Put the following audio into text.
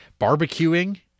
barbecuing